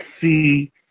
see